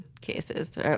cases